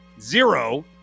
zero